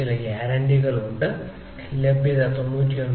ചില ഗ്യാരണ്ടികളുണ്ട് ലഭ്യത 99